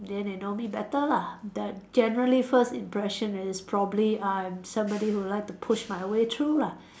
then they know me better lah the generally first impression is probably I'm somebody who like to push my way through lah